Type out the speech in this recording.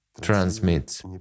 transmits